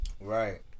Right